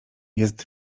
jest